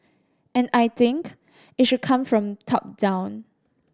and I think it should come from top down